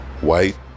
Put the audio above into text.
white